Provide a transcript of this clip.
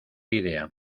idea